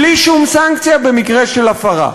בלי שום סנקציה במקרה של הפרה.